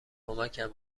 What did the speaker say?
کمکم